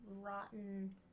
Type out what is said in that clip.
rotten